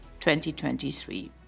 2023